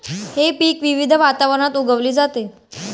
हे पीक विविध वातावरणात उगवली जाते